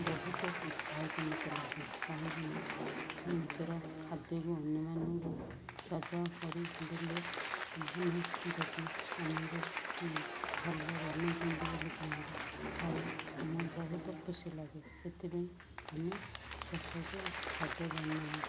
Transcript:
ବହୁତ ଉତ୍ସାହିତ ମୋତେ ଲାଗେ କାହିଁକିନା ନିଜର ଖାଦ୍ୟକୁ ଅନ୍ୟମାନଙ୍କୁ ସ୍ୱାଦ କରିଦେଲେ ମାନେ ଯଦି ଆମକୁ ଭଲ ବନେଇଛନ୍ତି ବୋଲି କୁହନ୍ତି ତାହେଲେ ଆମ ବହୁତ ଖୁସି ଲାଗେ ସେଥିପାଇଁ ଆମେ ଶ୍ୱଶରେ ଖାଦ୍ୟ ବନାଉ